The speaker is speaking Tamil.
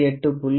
02 48